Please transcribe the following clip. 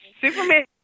Superman